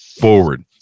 forward